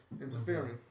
interfering